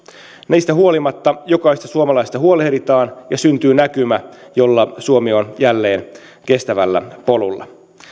näistä huolimatta jokaisesta suomalaisesta huolehditaan ja syntyy näkymä jolla suomi on jälleen kestävällä polulla